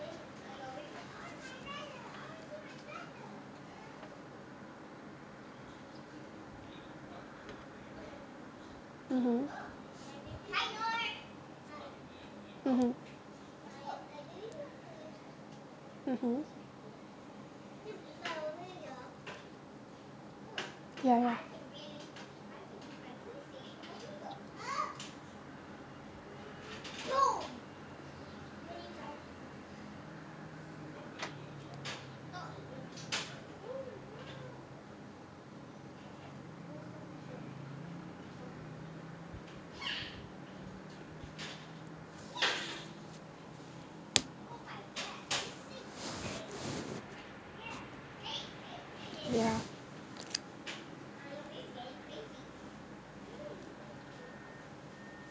mmhmm ya ya ya